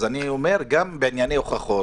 אני אומר, גם בענייני הוכחות